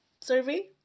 survey